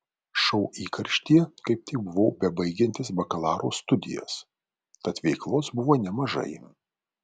šou įkarštyje kaip tik buvau bebaigiantis bakalauro studijas tad veiklos buvo nemažai